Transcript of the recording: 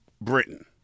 Britain